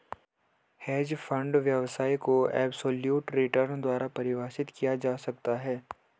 hedge fund व्यवसाय को absolute return द्वारा परिभाषित किया जा सकता है